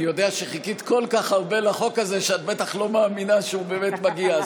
אני יודע שחיכית כל כך הרבה לחוק הזה שאת בטח לא מאמינה שהוא באמת מגיע,